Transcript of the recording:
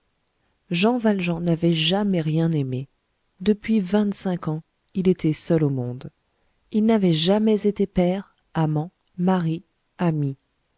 jean valjean n'avait jamais rien aimé depuis vingt-cinq ans il était seul au monde il n'avait jamais été père amant mari ami